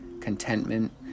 contentment